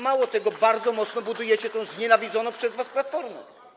Mało tego, bardzo mocno budujecie tę znienawidzoną przez was Platformę.